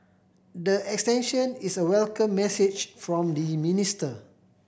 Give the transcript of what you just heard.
the extension is a welcome message from the minister